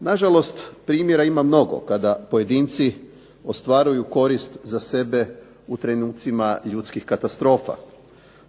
Nažalost, primjera ima mnogo kada pojedinci ostvaruju korist za sebe u trenucima ljudskih katastrofa.